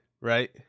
right